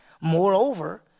Moreover